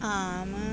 ਆਮ